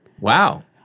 Wow